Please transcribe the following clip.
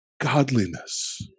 godliness